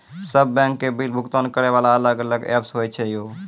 सब बैंक के बिल भुगतान करे वाला अलग अलग ऐप्स होय छै यो?